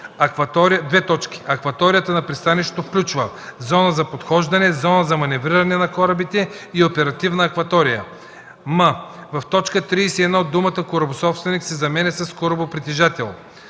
второ: „Акваторията на пристанището включва: зона за подхождане, зона за маневриране на корабите и оперативна акватория.”; м) в т. 31 думата „корабособственик” се заменя с „корабопритежател”;